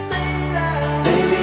Baby